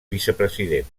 vicepresident